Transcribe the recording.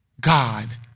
God